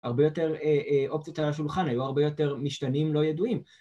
הרבה יותר אופציות על השולחן, היו הרבה יותר משתנים לא ידועים